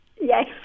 Yes